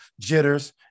jitters